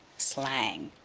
slang.